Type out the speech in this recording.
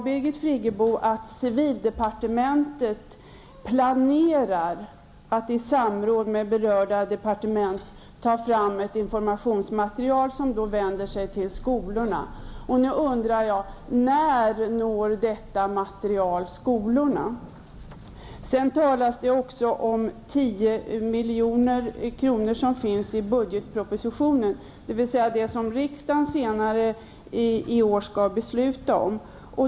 Birgit Friggebo sade att civildepartementet planerar att, i samråd med berörda departement, ta fram ett informationsmaterial som vänder sig till skolorna. Det talas också om 10 milj.kr. som finns i budgetpropositionen, dvs. det är pengar som riksdagen senare i år skall besluta om.